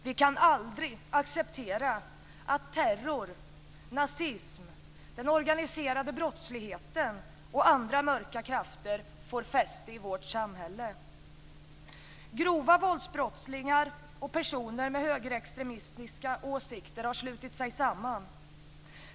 Vi kan aldrig acceptera att terror, nazism, den organiserade brottsligheten och andra mörka krafter får fäste i vårt samhälle. Grova våldsbrottslingar och personer med högerextremistiska åsikter har slutit sig samman.